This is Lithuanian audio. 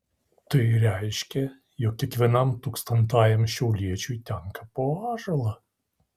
tai reiškė jog kiekvienam tūkstantajam šiauliečiui tenka po ąžuolą